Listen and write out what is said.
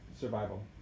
Survival